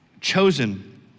chosen